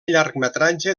llargmetratge